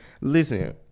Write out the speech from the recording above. listen